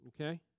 okay